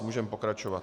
Můžeme pokračovat.